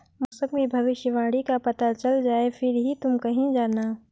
मौसम की भविष्यवाणी का पता चल जाए फिर ही तुम कहीं जाना